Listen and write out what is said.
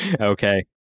Okay